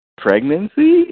pregnancy